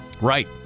Right